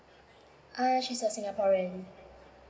uh she's a singaporean